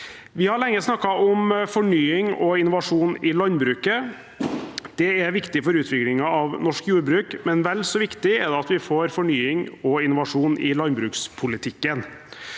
Vi har lenge snakket om fornying og innovasjon i landbruket. Det er viktig for utviklingen av norsk jordbruk, men vel så viktig er det at vi får fornying og innovasjon i landbrukspolitikken.